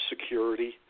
security